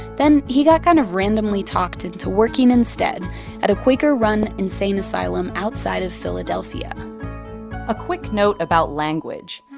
then he got kind of randomly talked into working instead at a quaker-run insane asylum outside of philadelphia a quick note about language.